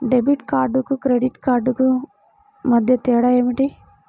Debit కార్డుకు credit credit కార్డుకు మధ్య తేడా ఏమిటీ?